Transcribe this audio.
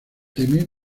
teme